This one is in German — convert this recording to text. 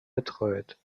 betreut